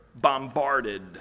bombarded